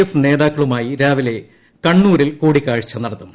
F നേതാക്കളുമായി രാവിലെ കണ്ണൂരിൽ കൂടിക്കാഴ്ച നടത്തും